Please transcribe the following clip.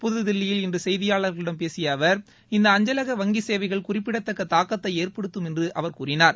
புதுதில்லியில் இன்று செய்தியாளர்களிடம் பேசிய அவர் இந்த அஞ்சலக வங்கி சேவைகள் குறிப்பிடத்தக்க தாக்கத்தை ஏற்படுத்தும் என்று அவர் கூறினார்